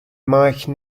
mike